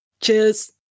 Cheers